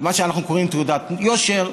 מה שאנחנו קוראים לו תעודת יושר.